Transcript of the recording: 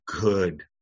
good